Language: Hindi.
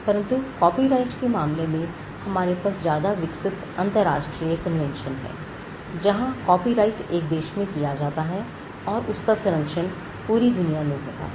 परंतु कॉपीराइट के मामले में हमारे पास ज्यादा विकसित अंतरराष्ट्रीय कन्वेंशन है जहां कॉपीराइट एक देश में किया जाता है और उसका सरंक्षण पूरी दुनिया में होता है